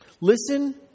Listen